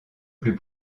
plus